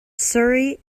surrey